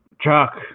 Chuck